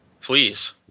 Please